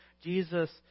jesus